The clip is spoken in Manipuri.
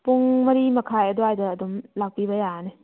ꯄꯨꯡ ꯃꯔꯤ ꯃꯈꯥꯏ ꯑꯗꯨꯋꯥꯏꯗ ꯑꯗꯨꯝ ꯂꯥꯛꯄꯤꯕ ꯌꯥꯔꯅꯤ